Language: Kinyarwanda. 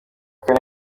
kane